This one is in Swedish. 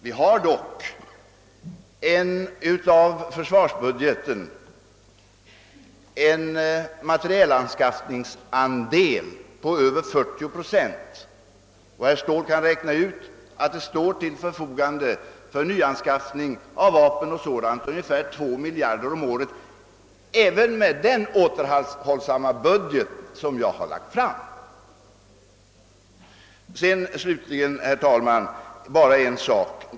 Vi har dock inom försvarsbudgeten en materielanskaffningsandel på över 40 procent, och herr Ståhl kan räkna ut att det för nyanskaffning av vapen och annan materiel står ungefär 2 miljarder till förfogande om året även med den återhållsamma budget som jag nu har lagt fram. Därefter, herr talman, ytterligare en sak.